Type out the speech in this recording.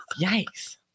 yikes